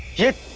it.